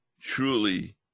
truly